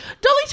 Dolly